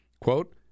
quote